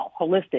holistic